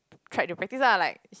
tried to practice lah like she